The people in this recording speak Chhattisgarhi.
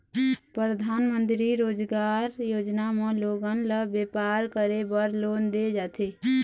परधानमंतरी रोजगार योजना म लोगन ल बेपार करे बर लोन दे जाथे